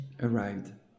arrived